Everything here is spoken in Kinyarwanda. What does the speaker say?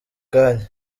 kanya